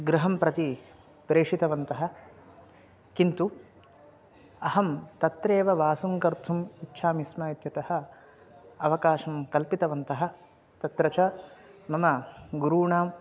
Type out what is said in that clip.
गृहं प्रति प्रेषितवन्तः किन्तु अहं तत्रैव वासं कर्तुम् इच्छामि स्म इत्यतः अवकाशं कल्पितवन्तः तत्र च मम गुरूणां